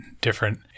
different